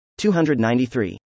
293